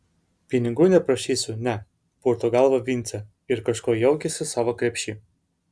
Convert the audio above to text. pinigų neprašysiu ne purto galvą vincė ir kažko jaukiasi savo krepšy